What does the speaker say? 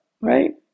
right